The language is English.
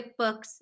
QuickBooks